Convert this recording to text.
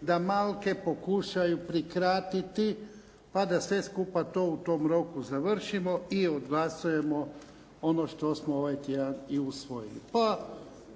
da malke pokušaju prikratiti pa da sve skupa to u tom roku završimo i odglasujemo ono što smo ovaj tjedan i usvojili. Pa